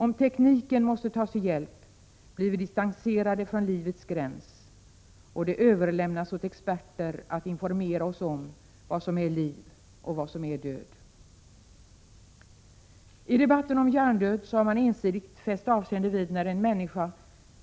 Om tekniken måste tas till hjälp blir vi distanserade från livets gräns, och det överlämnas åt experter att informera oss om vad som är liv och vad som är död. I debatten om hjärndöd har man ensidigt fäst avseende vid när en människa